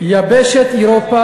בדיון על,